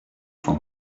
for